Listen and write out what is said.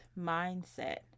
mindset